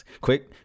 quick